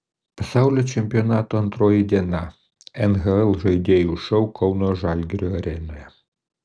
pasaulio čempionato antroji diena nhl žaidėjų šou kauno žalgirio arenoje